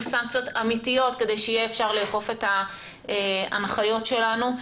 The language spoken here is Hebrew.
סנקציות אמיתיות כדי שאפשר יהיה לאכוף את ההנחיות שלנו.